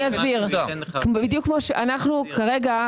אנחנו כרגע,